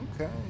Okay